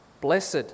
Blessed